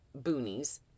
boonies